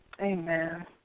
Amen